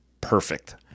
perfect